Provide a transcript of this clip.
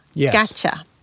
gotcha